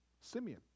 Simeon